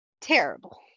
terrible